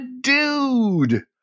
dude